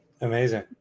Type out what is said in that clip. Amazing